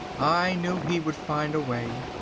i knew he would find a way.